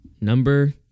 number